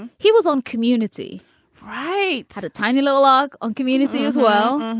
he was on community right at a tiny little log on community as well.